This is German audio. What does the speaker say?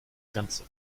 grenze